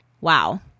Wow